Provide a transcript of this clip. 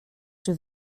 czy